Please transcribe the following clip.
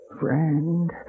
friend